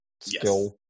skill